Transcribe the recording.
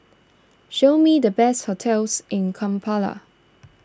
show me the best hotels in Kampala